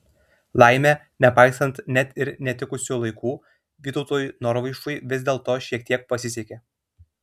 laimė nepaisant net ir netikusių laikų vytautui norvaišui vis dėlto šiek tiek pasisekė